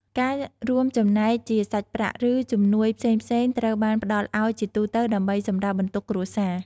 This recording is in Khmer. ការរួមចំណែកជាសាច់ប្រាក់ ឬជំនួយផ្សេងៗត្រូវបានផ្តល់ឱ្យជាទូទៅ ដើម្បីសម្រាលបន្ទុកគ្រួសារ។